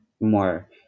more